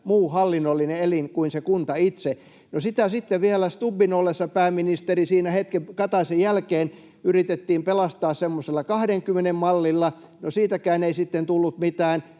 muu hallinnollinen elin kuin se kunta itse. Sitä sitten vielä Stubbin ollessa pääministeri hetken siinä Kataisen jälkeen yritettiin pelastaa semmoisella kahdenkymmenen mallilla — no siitäkään ei sitten tullut mitään.